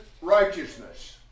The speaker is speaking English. righteousness